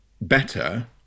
better